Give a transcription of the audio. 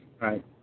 right